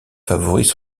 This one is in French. favorise